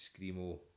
screamo